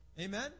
Amen